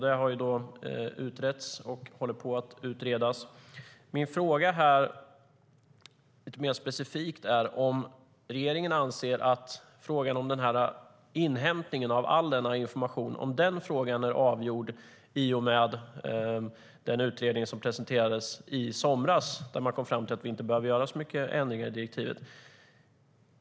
Det har utretts och håller på att utredas. Min fråga mer specifikt är om regeringen anser att frågan om inhämtningen av all denna information är avgjord i och med den utredning som presenterades i somras. Man kom fram till att vi inte behöver göra så många ändringar i direktivet.